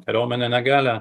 kariuomenė negali